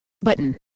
button